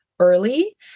early